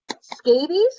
scabies